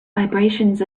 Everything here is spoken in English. vibrations